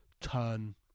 turn